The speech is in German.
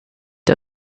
der